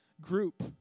group